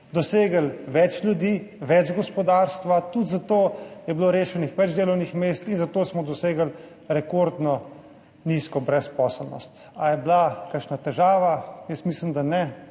dosegli več ljudi, več gospodarstva, tudi zato je bilo rešenih več delovnih mest in zato smo dosegli rekordno nizko brezposelnost. Ali je bila kakšna težava? Jaz mislim, da ne,